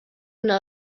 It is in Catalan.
una